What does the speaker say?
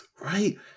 Right